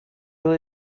will